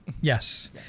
Yes